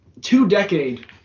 two-decade